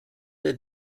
der